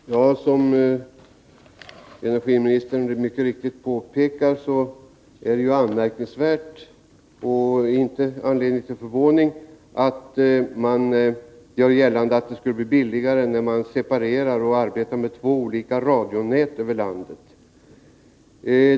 Fru talman! Som energiministern mycket riktigt påpekar, är det anmärkningsvärt att man gör gällande att det skulle bli billigare att separera och arbeta med två olika radionät över landet.